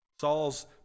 Saul's